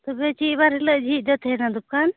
ᱛᱚᱵᱮ ᱪᱮᱫ ᱵᱟᱨ ᱦᱤᱞᱳᱜ ᱡᱷᱤᱡ ᱫᱚ ᱛᱟᱦᱮᱱᱟ ᱫᱚᱠᱟᱱ